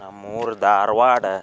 ನಮ್ಮ ಊರು ಧಾರವಾಡ